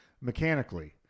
mechanically